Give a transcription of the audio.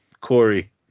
Corey